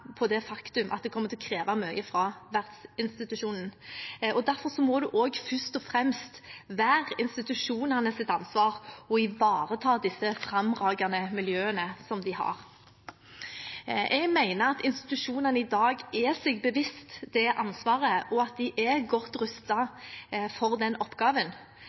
på det faktum at det kommer til å kreve mye fra vertsinstitusjonen. Derfor må det også først og fremst være institusjonenes ansvar å ivareta disse fremragende miljøene som de har. Jeg mener at institusjonene i dag er seg bevisst det ansvaret, og at de er godt rustet for den oppgaven.